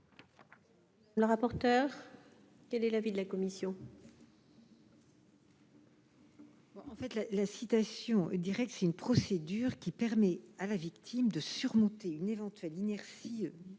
de son affaire. Quel est l'avis de la commission ? La citation directe est une procédure qui permet à la victime de surmonter une éventuelle inertie